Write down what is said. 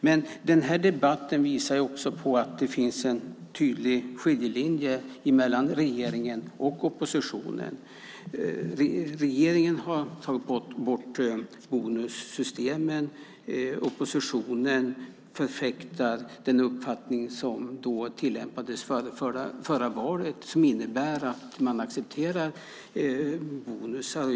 Men den här debatten visar också på att det finns en tydlig skiljelinje mellan regeringen och oppositionen. Regeringen har tagit bort bonussystemen. Oppositionen förfäktar den uppfattning som tillämpades före det senaste valet och som innebär att man accepterar bonusar.